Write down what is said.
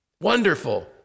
Wonderful